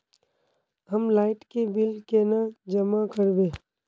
हम लाइट के बिल केना जमा करबे?